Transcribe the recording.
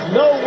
no